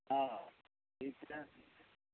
ہاں ٹھیک ہے